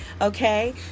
Okay